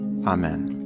Amen